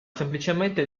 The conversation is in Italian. semplicemente